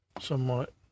somewhat